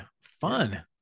Fun